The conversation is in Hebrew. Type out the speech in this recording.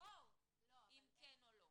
לבחור אם כן או לא.